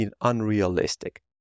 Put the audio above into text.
unrealistic